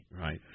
Right